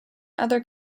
other